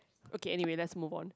okay anyway let's move on